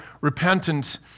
repentance